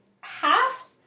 half